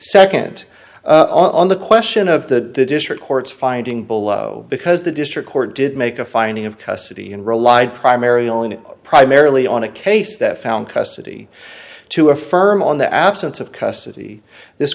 second on the question of the district court's finding below because the district court did make a finding of custody and relied primary only primarily on a case that found custody to affirm on the absence of custody this